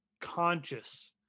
conscious